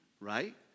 right